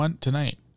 tonight